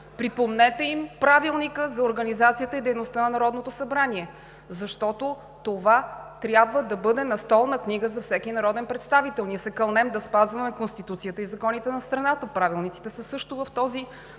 Припомнете им Правилника за организацията и дейността на Народното събрание, защото това трябва да бъде настолна книга за всеки народен представител. Ние се кълнем да спазваме Конституцията и законите на страната – правилниците също са в този